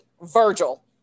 Virgil